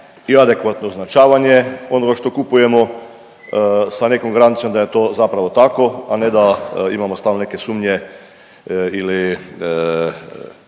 i adekvatno označavanje onoga što kupujemo sa nekom garancijom da je to zapravo tako, a ne da imamo stalno neke sumnje ili